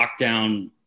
lockdown